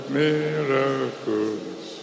miracles